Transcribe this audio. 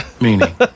meaning